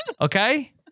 Okay